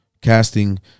casting